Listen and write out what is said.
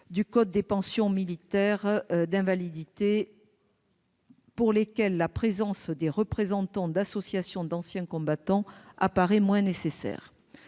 du code des pensions militaires d'invalidité et des victimes de guerre, pour lesquels la présence de représentants d'associations d'anciens combattants paraît moins nécessaire.